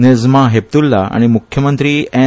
नजमा हेपत्ल्ला आनी म्खेलमंत्री एन